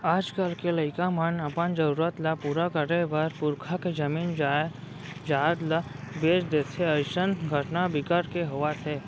आजकाल के लइका मन अपन जरूरत ल पूरा करे बर पुरखा के जमीन जयजाद ल बेच देथे अइसन घटना बिकट के होवत हे